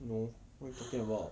you know we're talking about